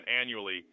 annually